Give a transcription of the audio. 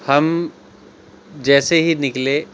ہم جیسے ہی نکلے